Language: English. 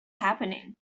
happening